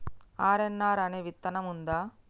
RNR అనే విత్తనం ఉందా?